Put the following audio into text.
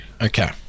okay